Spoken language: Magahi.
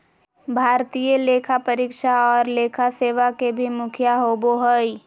भारतीय लेखा परीक्षा और लेखा सेवा के भी मुखिया होबो हइ